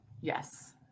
yes